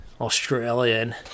Australian